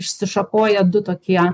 išsišakoja du tokie